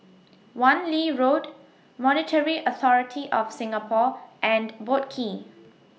Wan Lee Road Monetary Authority of Singapore and Boat Quay